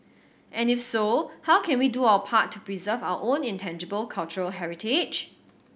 and if so how can we do our part to preserve our own intangible cultural heritage